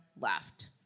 left